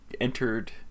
entered